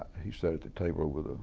he sat at the table with,